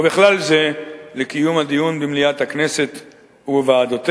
ובכלל זה לקיום הדיון במליאת הכנסת ובוועדותיה,